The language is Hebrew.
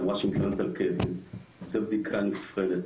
ואמרה שהיא מתלוננת על כאבים אבל זה בדיקה נפרדת.